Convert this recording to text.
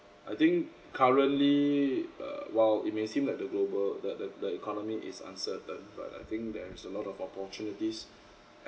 I think currently uh while it may seem like the global that the the economy is uncertain but I think there is a lot of opportunities